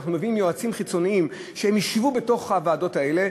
אנחנו מביאים יועצים חיצוניים שישבו בתוך הוועדות האלה.